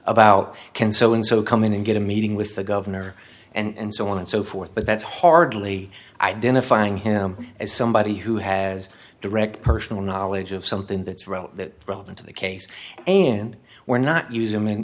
about consoling so come in and get a meeting with the governor and so on and so forth but that's hardly identifying him as somebody who has direct personal knowledge of something that's wrote that relevant to the case and we're not use him in